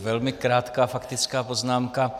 Velmi krátká faktická poznámka.